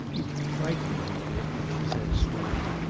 you frighten me, dick, she said, slowly.